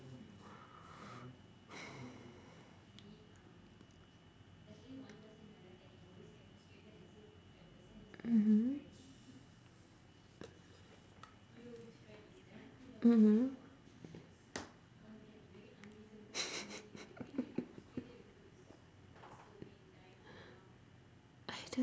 mmhmm mmhmm I don't